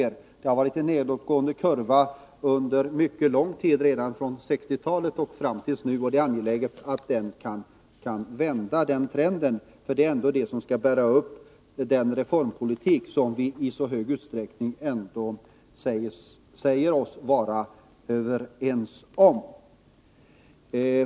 På den punkten har vi haft en nedåtgående kurva under mycket lång tid — redan från 1960-talet och fram till nu. Det är angeläget att den trenden kan vända. Det är ändå industrisektorn som skall bära upp den reformpolitik som vi i så stor utsträckning säger oss vara överens om.